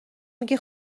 میگی